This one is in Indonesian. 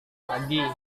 lagi